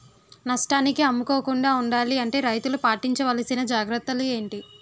నష్టానికి అమ్ముకోకుండా ఉండాలి అంటే రైతులు పాటించవలిసిన జాగ్రత్తలు ఏంటి